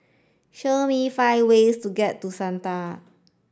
show me five ways to get to Sanaa